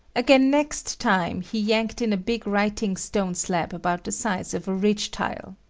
again next time, he yanked in a big writing stone slab about the size of a ridge-tile.